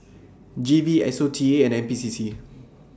G V S O T A and N P C C